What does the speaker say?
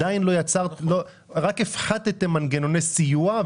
אתם הפחתתם מנגנוני סיוע,